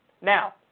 Now